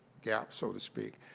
gap, so to speak.